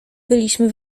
byliśmy